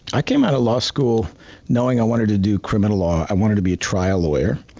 i came out of law school knowing i wanted to do criminal law. i wanted to be a trial lawyer.